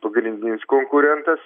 pagrindinis konkurentas